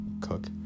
cook